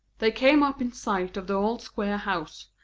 they came up in sight of the old square house,